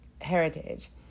heritage